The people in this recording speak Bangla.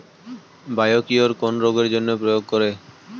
বায়োকিওর কোন রোগেরজন্য প্রয়োগ করে?